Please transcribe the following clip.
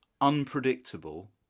unpredictable